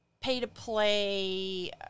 pay-to-play